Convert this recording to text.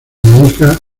dedica